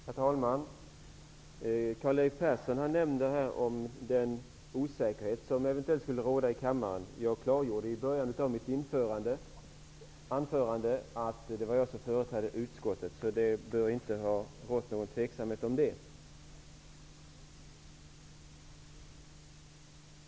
Herr talman! Karl-Erik Persson nämnde den osäkerhet som eventuellt råder i kammaren om vem som företräder utskottet. I början av mitt huvudanförande nämnde jag att jag gör det. Det borde inte råda något tvivel om det.